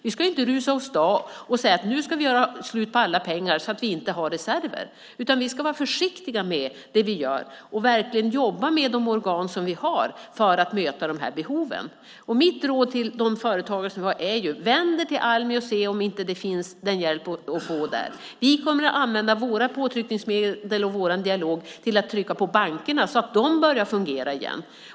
Vi ska inte rusa åstad och göra slut på alla pengar så att vi inte har reserver. Vi ska vara försiktiga och jobba med de organ vi har för att möta behoven. Mitt råd till företagarna är: Vänd er till Almi och se om det inte finns hjälp att få där. Vi kommer att använda våra påtryckningsmedel och vår dialog till att trycka på bankerna så att de börjar fungera igen.